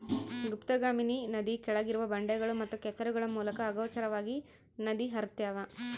ಗುಪ್ತಗಾಮಿನಿ ನದಿ ಕೆಳಗಿರುವ ಬಂಡೆಗಳು ಮತ್ತು ಕೆಸರುಗಳ ಮೂಲಕ ಅಗೋಚರವಾಗಿ ನದಿ ಹರ್ತ್ಯಾವ